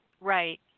Right